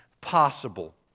possible